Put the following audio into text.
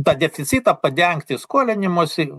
tą deficitą padengti skolinimusi